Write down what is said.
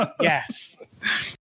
yes